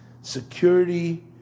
security